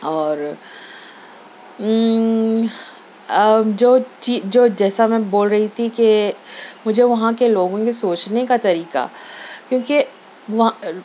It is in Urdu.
اور آو جو جی جو جیسا میں بول رہی تھی کہ مجھے وہاں کے لوگوں کے سوچنے کا طریقہ کیونکہ